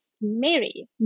Mary